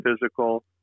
physical